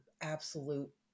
absolute